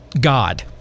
God